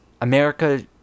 America